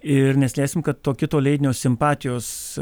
ir neslėpsim kad to kito leidinio simpatijos